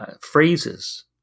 phrases